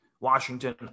Washington